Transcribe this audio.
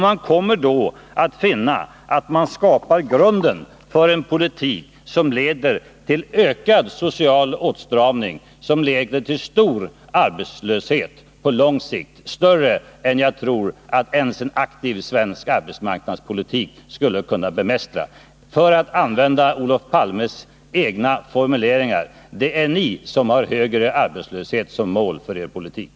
Man kommer då att finna att man skapar grunden för en politik som leder till social nedrustning, som leder till stor arbetslöshet på lång sikt, större än jag tror att ens en aktiv svensk arbetsmarknadspolitik skulle kunna bemästra. För att använda Olof Palmes egen formulering vill jag säga: Det är ni som har högre arbetslöshet som mål för er politik.